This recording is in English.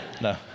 No